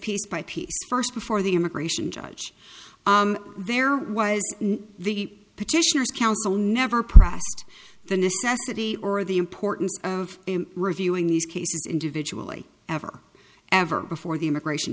piece by piece first before the immigration judge there was the petitioners counsel never processed the necessity or the importance of reviewing these cases individually ever ever before the immigration